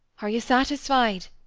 are you satisfied?